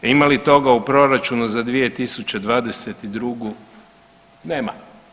Ima li toga u proračunu za 2022.- nema.